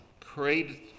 created